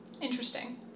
interesting